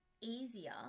easier